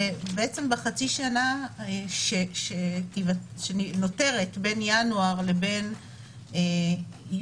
ובחצי שנה שנותרת בין ינואר לבין יולי,